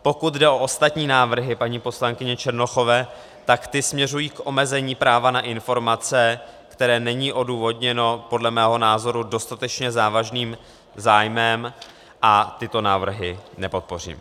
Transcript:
Pokud jde o ostatní návrhy paní poslankyně Černochové, tak ty směřují k omezení práva na informace, které není odůvodněno podle mého názoru dostatečně závažným zájmem, a tyto návrhy nepodpořím.